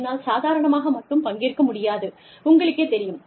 என்னால் சாதாரணமாக மட்டும் பங்கேற்க முடியாது உங்களுக்கேத் தெரியும்